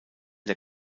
der